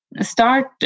start